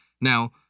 now